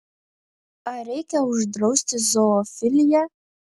ar reikia uždrausti zoofiliją